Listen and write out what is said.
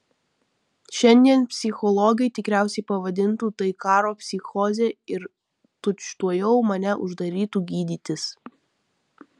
šiandien psichologai tikriausiai pavadintų tai karo psichoze ir tučtuojau mane uždarytų gydytis